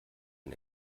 ein